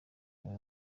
niwe